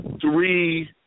three